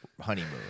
honeymoon